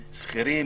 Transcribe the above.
שכירים,